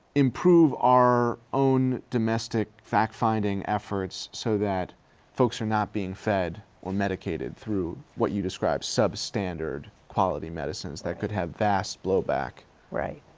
improve our own domestic fact-finding efforts so that folks are not being fed or medicated through, what you describe, substandard quality medicines that could have vast blowback. eban right.